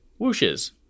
whooshes